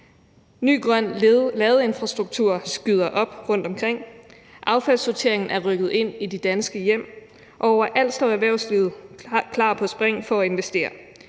Ny grøn ladeinfrastruktur skyder op rundtomkring, affaldssorteringen er rykket ind i de danske hjem, og overalt står erhvervslivet klar på spring for at investere